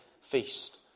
feast